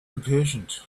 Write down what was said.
impatient